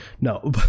No